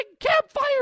campfire